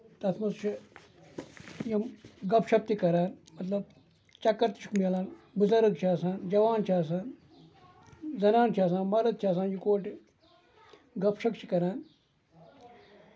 اور تَتھ منٛز چھِ یِم گپ شپ تہِ کران مطلب چکر تہِ چھُکھ مِلان بُزرٕگ تہِ چھِ آسان جوان چھِ آسان زَنان چھِ آسان مَرٕد چھِ آسان یِکوَٹہٕ گپ شپ چھِ کران